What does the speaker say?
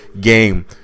game